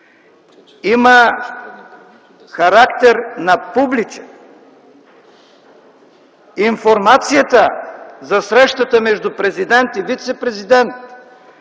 има характер на публичен. Информацията за срещата между президент и вицепремиер